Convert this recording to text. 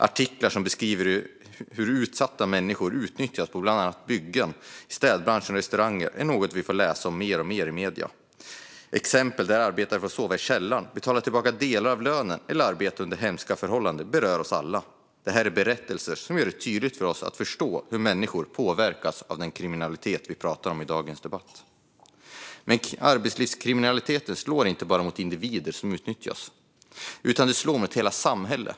Artiklar som beskriver hur utsatta människor utnyttjas på bland annat byggen, i städbranschen och på restauranger är något vi får läsa mer och mer om i medierna. Exempel där arbetare har fått sova i källaren, betala tillbaka delar av lönen eller arbeta under hemska förhållanden berör oss alla. Detta är berättelser som gör det tydligt för oss att människor påverkas av den kriminalitet vi pratar om i dagens debatt. Men arbetslivskriminaliteten slår inte bara mot de individer som utnyttjas, utan den slår mot hela samhället.